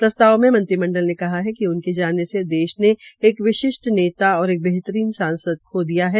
प्रस्ताव में मंत्रिमंडल ने कहा कि उनके जानेसे देश ने एक विशिष्ट नेता और एक बेहतरीन सांसद को खो दिया है